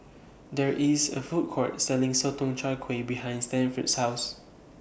There IS A Food Court Selling Sotong Char Kway behind Stanford's House